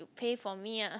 pay for me ah